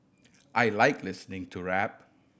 I like listening to rap